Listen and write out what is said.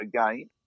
again